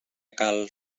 calc